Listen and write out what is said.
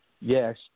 Yes